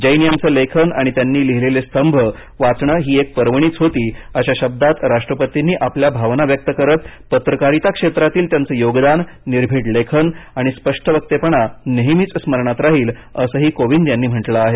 जैन यांचे लेखन त्यांनी लिहिलेले स्तंभ वाचणे ही एक पर्वणीच होती अशा शब्दांत राष्ट्रपतींनी आपल्या भावना व्यक्त करत पत्रकारिता क्षेत्रातील त्यांचं योगदान निर्भीड लेखन आणि स्पष्टवक्तेपणा नेहमीच स्मरणात राहील असंही कोविंद यांनी म्हटलं आहे